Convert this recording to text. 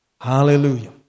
Hallelujah